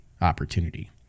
opportunity